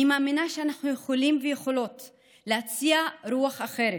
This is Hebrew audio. אני מאמינה שאנחנו יכולים ויכולות להציע רוח אחרת,